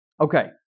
Okay